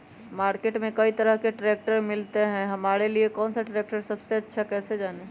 Market में कई तरह के ट्रैक्टर मिलते हैं हमारे लिए कौन सा ट्रैक्टर सबसे अच्छा है कैसे जाने?